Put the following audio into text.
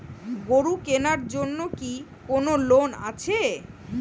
গরু কেনার জন্য কি কোন লোন আছে?